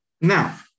Now